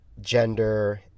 Gender